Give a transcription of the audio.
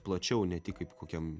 plačiau ne tik kaip kokiam